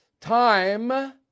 time